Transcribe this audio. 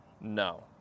No